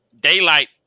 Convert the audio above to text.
Daylight